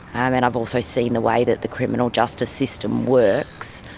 um and i've also seen the way that the criminal justice system works,